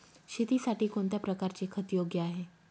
शेतीसाठी कोणत्या प्रकारचे खत योग्य आहे?